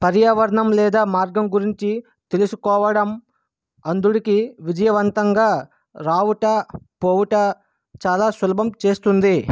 పర్యావరణం లేదా మార్గం గురించి తెలుసుకోవడం అంధుడికి విజయవంతంగా రావుట పోవుట చాలా సులభం చేస్తుంది